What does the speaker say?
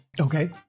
Okay